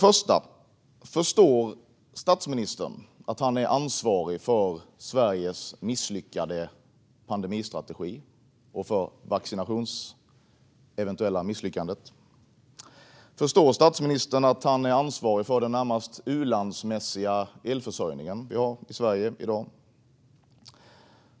Förstår statsministern att han är ansvarig för Sveriges misslyckade pandemistrategi och för det eventuella vaccinationsmisslyckandet? Förstår statsministern att han är ansvarig för den närmast u-landsmässiga elförsörjning vi har i Sverige i dag?